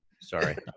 sorry